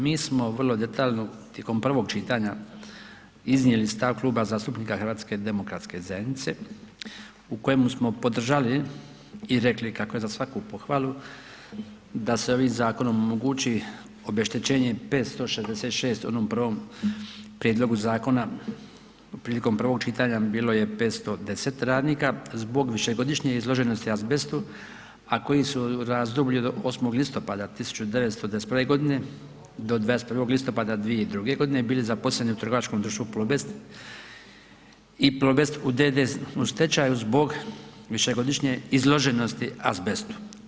Mi smo vrlo detaljno tijekom prvog čitanja iznijeli Klub zastupnika HDZ-a u kojemu smo podržali i rekli kako je za svaku pohvalu da se ovim zakonom omogući obeštećenje 566 u onom prvom prijedlogu zakona, a prilikom prvog čitanja bilo je 510 radnika zbog višegodišnje izloženosti azbestu, a koji su u razdoblju od 8. listopada 1991.g. do 21. listopada 2002.g. bili zaposleni u trgovačkom društvu Plobest i Plobest d.d. u stečaju zbog višegodišnje izloženosti azbestu.